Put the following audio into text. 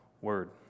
Word